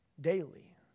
daily